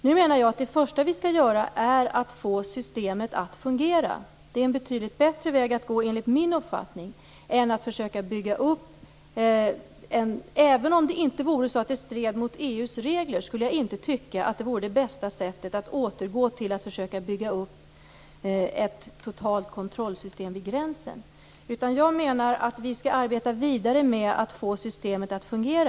Jag menar att det första som vi skall göra är att få systemet att fungera. Även om det inte stred mot EU:s regler skulle jag inte tycka att det bästa sättet vore att återigen försöka bygga upp ett system för total kontroll vid gränsen. Jag menar att vi skall arbeta vidare med att få systemet att fungera.